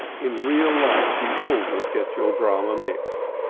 in real life you always get your drama mixed,